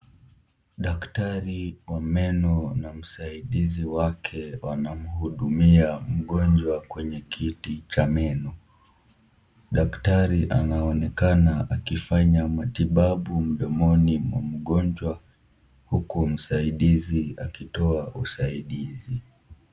Daktari wa meno na msaidizi wake wanamhudumia mgonjwa kwenye kiti cha meno. Daktari anaonekana akifanya matibabu mdomoni mwa mgonjwa, huku msaidizi akitoa usaidizi.